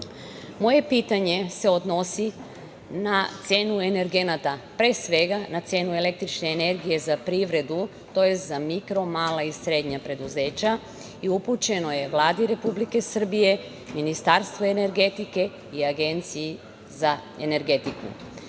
pitanje se odnosi na cenu energenata, pre svega na cenu električne energije za privredu, tj. za mikro, mala i srednja preduzeća, i upućeno je Vladi Republike Srbije, Ministarstvu energetike i Agenciji za energetiku. Naime,